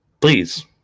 Please